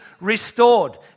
restored